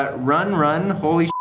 ah run, run, holy,